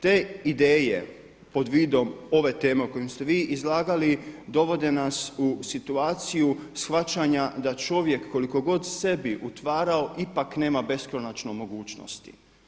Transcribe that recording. Te ideje pod vidom ove teme o kojoj ste vi izlagali dovode nas u situaciju shvaćanja da čovjek koliko god sebi utvarao ipak nema beskonačno mogućnosti.